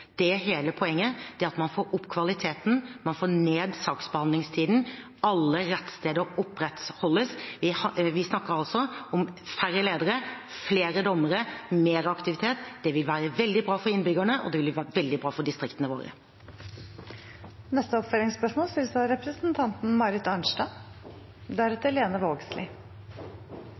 Det er hele poenget: Man får opp kvaliteten, man får ned saksbehandlingstiden. Alle rettssteder opprettholdes. Vi snakker altså om færre ledere, flere dommere, mer aktivitet. Det vil være veldig bra for innbyggerne, og det ville vært veldig bra for distriktene våre. Marit Arnstad – til oppfølgingsspørsmål.